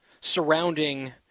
surrounding